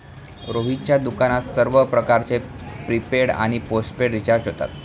रोहितच्या दुकानात सर्व प्रकारचे प्रीपेड आणि पोस्टपेड रिचार्ज होतात